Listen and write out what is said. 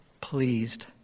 pleased